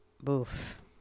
boof